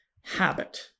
habit